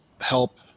help